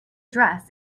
dress